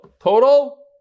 total